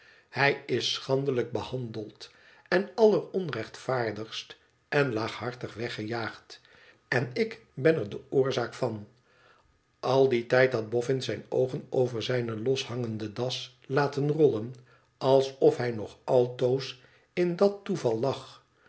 hij is schandelijk behandeld en alleronrechtvaardigst en laaghartig weggejaagd en ik ben er de oorzaak van al dien tijd had boffin zijne oogen over zijne loshangende das laten rollen alsof hij nog altoos in dat toeval lag